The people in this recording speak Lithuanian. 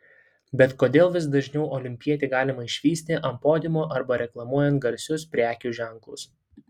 bet kodėl vis dažniau olimpietį galima išvysti ant podiumo arba reklamuojant garsius prekių ženklus